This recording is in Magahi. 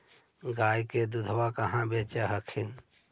गया के दूधबा कहाँ बेच हखिन?